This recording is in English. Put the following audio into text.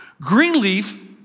Greenleaf